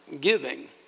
giving